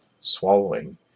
swallowing